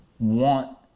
want